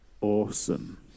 awesome